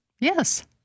Yes